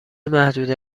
محدوده